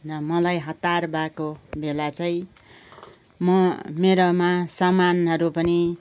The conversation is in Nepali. न मलाई हतार भएको बेला चाहिँ म मेरोमा सामानहरू पनि